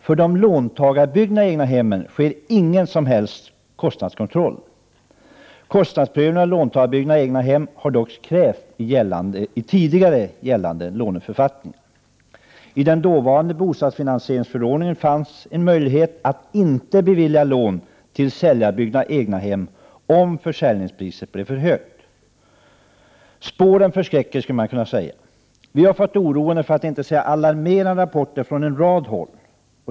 För låntagarbyggda egnahem sker ingen som helst kostnadskontroll. Kostnadsprövning av låntagarbyggda egnahem har dock krävts i tidigare gällande låneförfattningar. I den dåvarande bostadsfinansieringsförordningen fanns en möjlighet att inte bevilja lån till säljarbyggda egnahem, om försäljningspriset blev för högt. Spåren förskräcker, skulle man kunna säga. Vi har fått oroande, för att inte säga alarmerande rapporter från skilda håll.